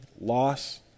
loss